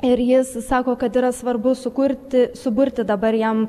ir jis sako kad yra svarbu sukurti suburti dabar jam